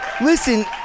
listen